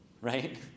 Right